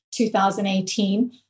2018